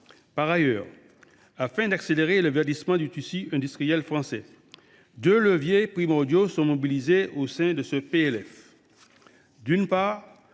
Par ailleurs, afin d’accélérer le verdissement du tissu industriel français, deux leviers primordiaux sont mobilisés au sein de ce PLF. D’une part,